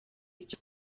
icyo